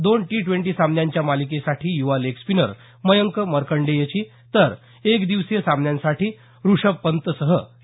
दोन T twenty सामन्यांच्या मालिकेसाठी युवा लेग स्पीनर मयंक मर्कंडेयची तर एक दिवसीय सामन्यांसाठी ऋषभ पंतसह के